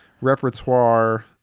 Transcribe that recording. repertoire